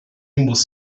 muss